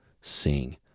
Sing